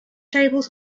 tables